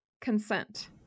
consent